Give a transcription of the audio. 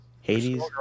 Hades